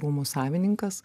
rūmų savininkas